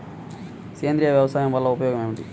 సేంద్రీయ వ్యవసాయం వల్ల ఉపయోగం ఏమిటి?